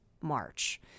March